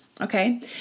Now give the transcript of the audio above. Okay